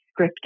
scripted